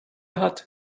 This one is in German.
hat